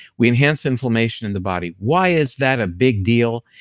we enhance inflammation in the body. why is that a big deal?